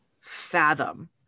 fathom